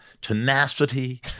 tenacity